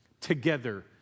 together